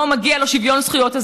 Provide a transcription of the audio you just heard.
לא מגיע לו שוויון זכויות.